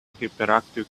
hyperactive